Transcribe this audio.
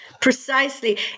Precisely